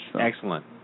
Excellent